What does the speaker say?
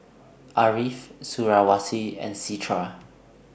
Ariff Suriawati and Citra